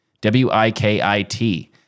W-I-K-I-T